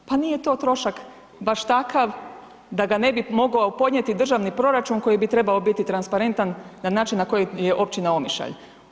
Pa nije to trošak baš takav da ga ne bi mogao podnijeti državni proračun koji bi trebao biti transparentan na način na koji je općina Omišalj.